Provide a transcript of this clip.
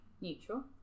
neutral